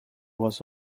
was